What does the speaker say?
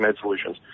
solutions